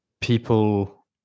people